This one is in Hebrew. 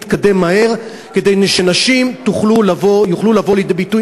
תתקדם מהר כדי שנשים יוכלו לבוא לידי ביטוי,